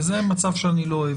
זה מצב שאני לא אוהב.